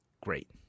great